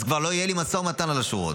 אז כבר לא יהיה לי משא ומתן על השורות.